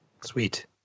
Sweet